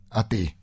ati